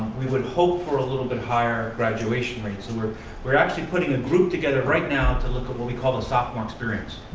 we would hope for a little bit higher graduation rate. so we're we're actually putting a group together right now to look at what we call the sophomore experience.